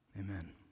Amen